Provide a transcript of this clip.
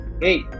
hey